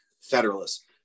Federalists